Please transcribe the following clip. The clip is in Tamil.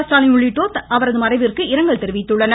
ஸ்டாலின் உள்ளிட்டோர் அவரது மறைவிற்கு இரங்கல் தெரிவித்துள்ளனர்